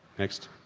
next?